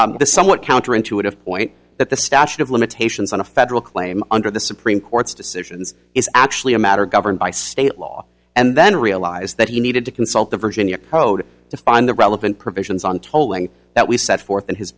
realized the somewhat counter intuitive point that the statute of limitations on a federal claim under the supreme court's decisions is actually a matter governed by state law and then realize that he needed to consult the virginia code to find the relevant provisions on tolling that we set forth in his